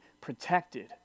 protected